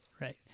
Right